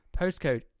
postcode